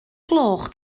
gloch